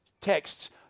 texts